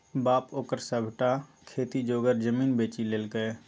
बाप ओकर सभटा खेती जोगर जमीन बेचि लेलकै